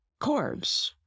carbs